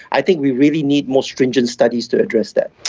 i think we really need more stringent studies to address that.